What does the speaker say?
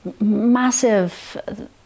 massive